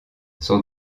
son